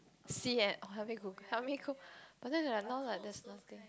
see and help me go help me go but then like now like there's nothing